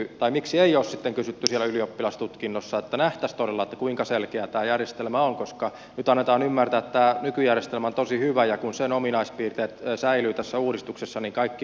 tai miksi ei ole sitten kysytty siellä ylioppilastutkinnossa että nähtäisiin todella kuinka selkeä tämä järjestelmä on koska nyt annetaan ymmärtää että tämä nykyjärjestelmä on tosi hyvä ja kun sen ominaispiirteet säilyvät tässä uudistuksessa niin kaikki on kunnossa